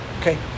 Okay